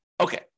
Okay